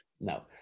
no